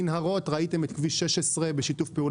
מנהרות ראיתם את כביש 16 בשיתוף פעולה